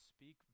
speak